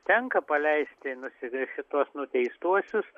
tenka paleisti nusi šituos nuteistuosius